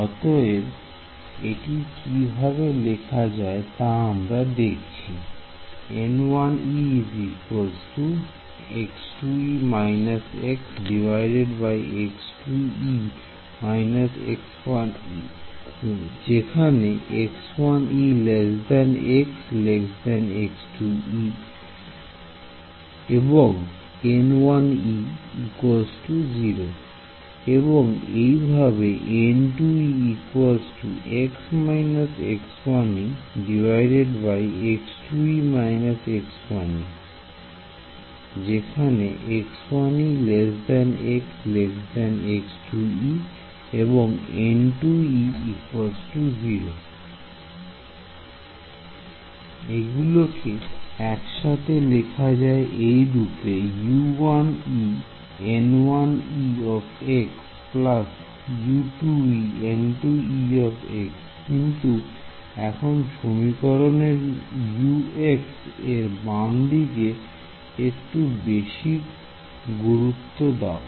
অতএব এটি কিভাবে লেখা যায় তা আমরা দেখছি এবং একইভাবে এগুলো কে একসাথে লেখা যায় এই রূপে কিন্তু এখন সমীকরণের U এর বামদিকে একটু বেশি গুরুত্ব দাও